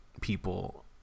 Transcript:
people